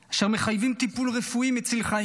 אשר מחייבים טיפול רפואי מציל חיים.